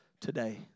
today